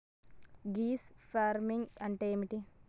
Green farming అంటే ఏమిటి?